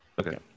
Okay